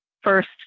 first